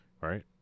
right